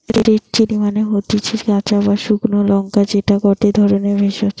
red chilli মানে হতিছে কাঁচা বা শুকলো লঙ্কা যেটা গটে ধরণের ভেষজ